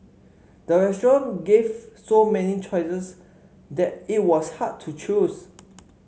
the restaurant gave so many choices that it was hard to choose